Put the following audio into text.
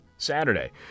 Saturday